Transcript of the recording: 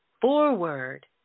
forward